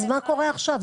אז מה קורה עכשיו?